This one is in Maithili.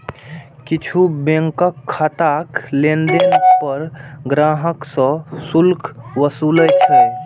किछु बैंक खाताक लेनदेन पर ग्राहक सं शुल्क वसूलै छै